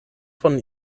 von